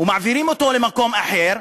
ומעבירים אותו למקום אחר,